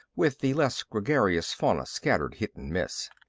with the less gregarious fauna scattered hit and miss.